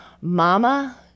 mama